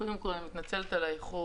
קודם כל אני מתנצלת על האיחור.